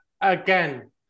again